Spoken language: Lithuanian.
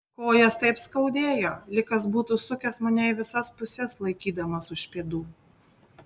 kojas taip skaudėjo lyg kas būtų sukęs mane į visas puses laikydamas už pėdų